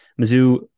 Mizzou